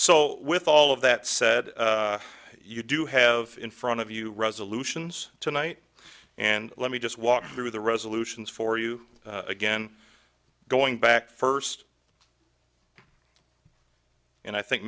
so with all of that said you do have in front of you resolutions tonight and let me just walk through the resolutions for you again going back first and i think